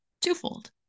twofold